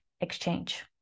exchange